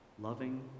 loving